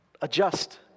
Adjust